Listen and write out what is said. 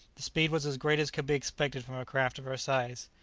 the speed was as great as could be expected from a craft of her size.